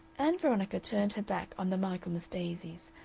ann veronica turned her back on the michaelmas daisies,